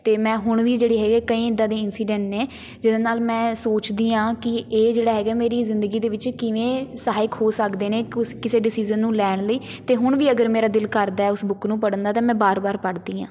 ਅਤੇ ਮੈਂ ਹੁਣ ਵੀ ਜਿਹੜੇ ਹੈਗੇ ਆ ਕਈ ਇੱਦਾਂ ਦੀ ਇੰਸੀਡੈਂਟ ਨੇ ਜਿਹਦੇ ਨਾਲ ਮੈਂ ਸੋਚਦੀ ਹਾਂ ਕਿ ਇਹ ਜਿਹੜਾ ਹੈਗਾ ਮੇਰੀ ਜ਼ਿੰਦਗੀ ਦੇ ਵਿੱਚ ਕਿਵੇਂ ਸਹਾਇਕ ਹੋ ਸਕਦੇ ਨੇ ਕੁਸ ਕਿਸੇ ਡਿਸੀਜ਼ਨ ਨੂੰ ਲੈਣ ਲਈ ਅਤੇ ਹੁਣ ਵੀ ਅਗਰ ਮੇਰਾ ਦਿਲ ਕਰਦਾ ਉਸ ਬੁੱਕ ਨੂੰ ਪੜ੍ਹਨ ਦਾ ਤਾਂ ਮੈਂ ਵਾਰ ਵਾਰ ਪੜ੍ਹਦੀ ਹਾਂ